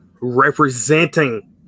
representing